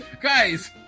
guys